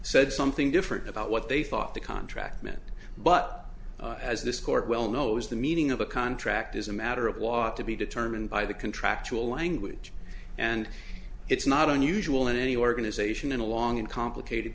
said something different about what they thought the contract meant but as this court well knows the meaning of a contract is a matter of law to be determined by the contractual language and it's not unusual in any organisation in a long and complicated